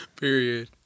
Period